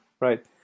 right